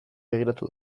begiratu